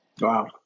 Wow